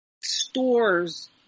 stores